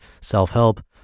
self-help